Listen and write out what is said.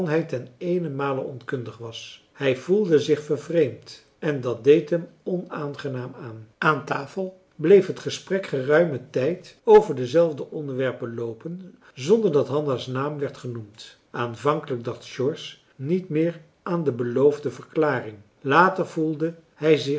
ten eenemale onkundig was hij voelde zich vervreemd en dat deed hem onaangenaam aan aan tafel bleef het gesprek geruimen tijd over dezelfde onderwerpen loopen zonder dat hanna's naam werd genoemd aanvankelijk dacht george niet meer aan de beloofde verklaring later voelde hij zich